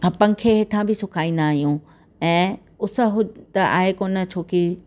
हा पंखे हेठां बि सुकाईंदा आहियूं ऐं उस उहो त आहे कोन छोकी